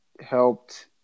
helped